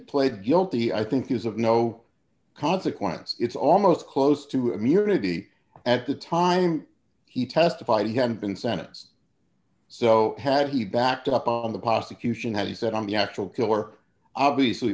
pled guilty i think is of no consequence it's almost close to immunity at the time he testified he had been sentence so had he backed up on the prosecution had he said on the actual killer obviously